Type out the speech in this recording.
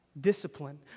Discipline